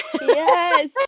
Yes